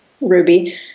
Ruby